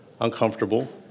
Uncomfortable